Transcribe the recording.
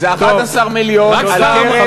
זה 11 מיליון, הקרן, טוב.